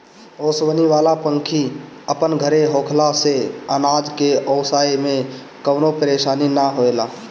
ओसवनी वाला पंखी अपन घरे होखला से अनाज के ओसाए में कवनो परेशानी ना होएला